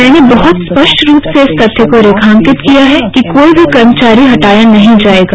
मैंने बहत स्पष्ट रूप से इस तथ्य को रेखाकिंत किया है कोई भी कर्मचारी हटाया नहीं जाएगा